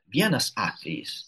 vienas atvejis